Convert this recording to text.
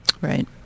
Right